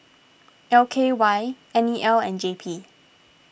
L K Y N E L and J P